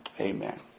Amen